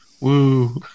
Woo